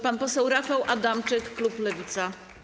Pan poseł Rafał Adamczyk, klub Lewica.